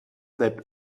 bleibt